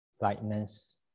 lightness